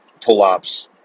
pull-ups